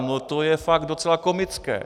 No to je fakt docela komické!